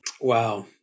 Wow